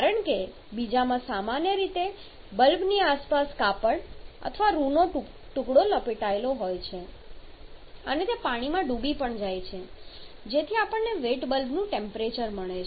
કારણ કે બીજામાં સામાન્ય રીતે બલ્બની આસપાસ કાપડ અથવા રૂનો ટુકડો લપેટાયેલો હોય છે અને તે પાણીમાં ડૂબી પણ જાય છે જેથી આપણને વેટ બલ્બનું ટેમ્પરેચર મળે છે